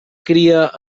cria